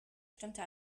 stimmte